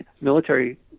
military